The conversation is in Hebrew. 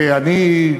ואני,